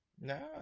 no